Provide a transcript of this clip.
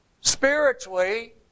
spiritually